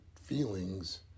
feelings